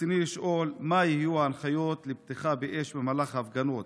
רצוני לשאול: 1. מה היו ההנחיות לפתיחה באש במהלך ההפגנות?